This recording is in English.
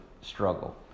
struggle